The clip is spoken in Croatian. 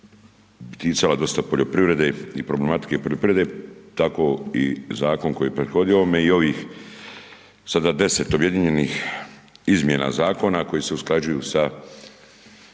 ticala dosta poljoprivrede i problematike poljoprivrede, tako i Zakon koji je prethodio ovome, i ovih sada deset objedinjenih izmjena Zakona koji se usklađuju sa